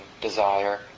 desire